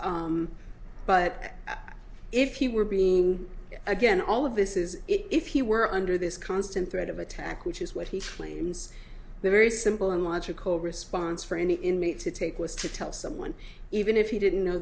but if he were being again all of this is it if he were under this constant threat of attack which is what he claims the very simple and logical response for any inmate to take was to tell someone even if he didn't know